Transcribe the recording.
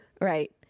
Right